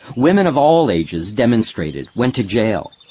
women of all ages demonstrated, went to jail.